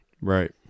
right